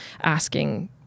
asking